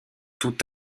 tout